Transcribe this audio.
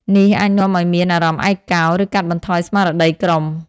នេះអាចនាំឱ្យមានអារម្មណ៍ឯកោ ឬកាត់បន្ថយស្មារតីក្រុម។